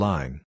Line